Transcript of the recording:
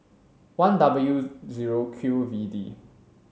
one W zero Q V D